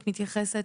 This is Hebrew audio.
את מתייחסת